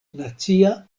nacia